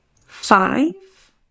Five